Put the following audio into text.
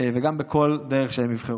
וגם בכל דרך שהם יבחרו.